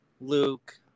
Luke